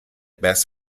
bass